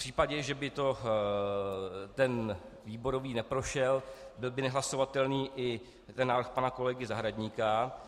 V případě, že by ten výborový neprošel, byl by nehlasovatelný i návrh pana kolegy Zahradníka.